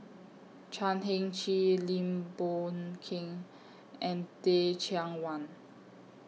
Chan Heng Chee Lim Boon Keng and Teh Cheang Wan